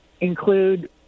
include